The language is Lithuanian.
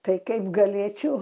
tai kaip galėčiau